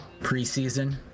preseason